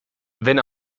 wenn